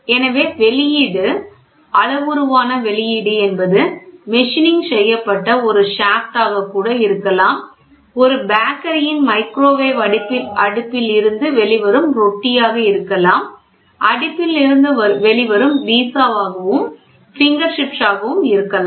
எனவே வெளியீட்டு அளவுருவான வெளியீடு என்பது மிஷின்ங் செய்யப்பட்ட ஒரு ஷாப்ட் ஆக தண்டுகூட இருக்கலாம் ஒரு பேக்கரியின் மைக்ரோவேவ் அடுப்பில் இருந்து வெளிவரும் ரொட்டியாக இருக்கலாம் அடுப்பில் இருந்து வெளிவரும் பீஸ்ஸாவாகவும் பிங்கர் சிப்ஸ் ஆகவும் இருக்கலாம்